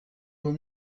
vaut